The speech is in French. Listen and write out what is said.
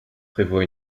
prévoit